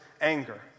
anger